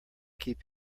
keep